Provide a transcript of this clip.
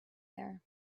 there